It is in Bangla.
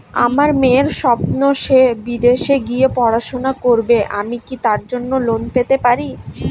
আমার মেয়ের স্বপ্ন সে বিদেশে গিয়ে পড়াশোনা করবে আমি কি তার জন্য লোন পেতে পারি?